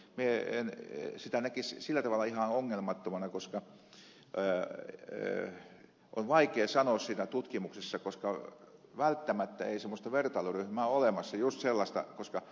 minä en sitä näkisi sillä tavalla ihan ongelmattomana koska on vaikea sanoa siitä tutkimuksesta koska välttämättä ei just semmoista vertailuryhmää ole olemassa